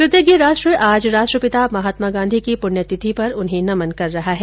कृतज्ञ राष्ट्र आज राष्ट्रपिता महात्मा गांधी की प्रण्यतिथि पर उन्हें नमन कर रहा है